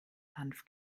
hanf